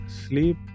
sleep